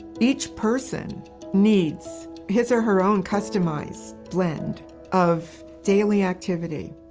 each person needs his or her own customized blend of daily activity